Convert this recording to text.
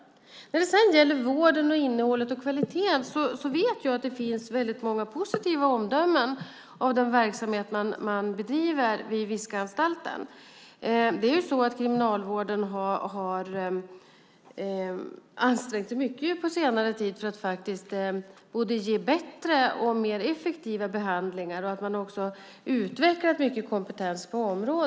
Jag vet att det finns väldigt många positiva omdömen om vården, innehållet och kvaliteten i den verksamhet man bedriver vid Viskananstalten. Kriminalvården har ansträngt sig mycket på senare tid för att ge bättre och mer effektiva behandlingar. Man har också utvecklat mycket kompetens på området.